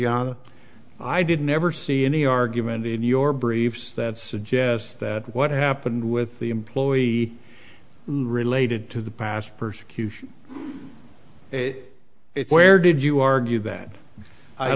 i did never see any argument in your briefs that suggests that what happened with the employee related to the past persecution where did you argue that i